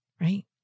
right